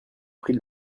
prix